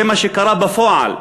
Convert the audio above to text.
זה מה שקרה בפועל.